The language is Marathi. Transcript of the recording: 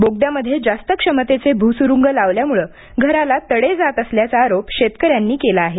बोगद्यामध्ये जास्त क्षमतेचे भूसुंरुग लावल्यामुळं घराला तडे जात असल्याचा आरोप शेतकऱ्यांनी केला आहे